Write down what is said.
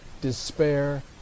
despair